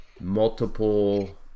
multiple